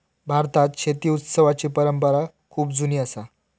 भारतात शेती उत्सवाची परंपरा खूप जुनी असा